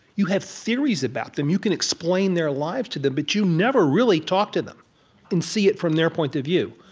you have theories about them. you can explain their lives to them, but you never really talk to them and see it from their point of view.